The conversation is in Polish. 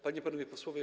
Panie i Panowie Posłowie!